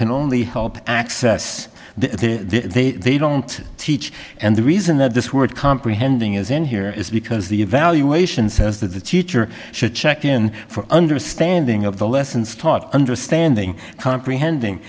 can only hope access the they don't teach and the reason that this word comprehending is in here is because the evaluation says that the teacher should check in for understanding of the lessons taught understanding comprehending